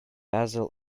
basil